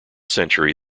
century